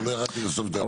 לא ירדתי לסוף דעתך.